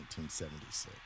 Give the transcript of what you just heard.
1976